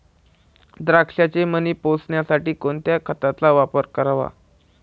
द्राक्षाचे मणी पोसण्यासाठी कोणत्या खताचा वापर करावा?